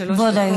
דקות.